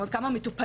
או כמה מטופלים,